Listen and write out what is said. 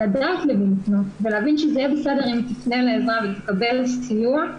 לדעת למי לפנות ולהבין שזה יהיה בסדר אם היא תפנה לעזרה ותקבל סיוע,